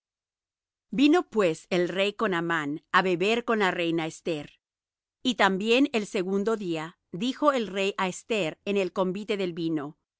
vino pues el rey con amán á beber con la reina esther y también el segundo día dijo el rey á esther en el convite del vino cuál